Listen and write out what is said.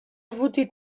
voter